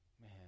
man